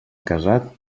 casat